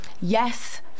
Yes